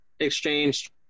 exchanged